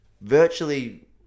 virtually